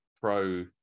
Pro